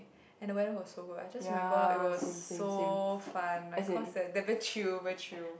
and the weather was so good I just remember it was so fun like cause they they very chill very chill